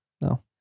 no